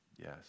Yes